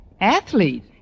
Athlete